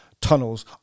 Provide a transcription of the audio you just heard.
tunnels